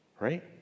right